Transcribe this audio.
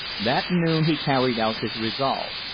that noon he carried out his resolve.